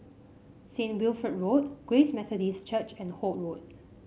Saint Wilfred Road Grace Methodist Church and Holt Road